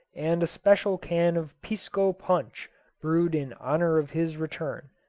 and a special can of pisco punch brewed in honour of his return.